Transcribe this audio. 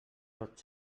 tot